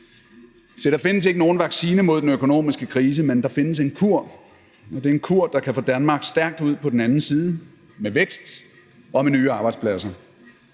Se, der findes ikke nogen vaccine mod den økonomiske krise, men der findes en kur, og det er en kur, der kan få Danmark stærkt ud på den anden side med vækst og med nye arbejdspladser.